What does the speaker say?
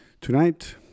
Tonight